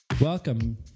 Welcome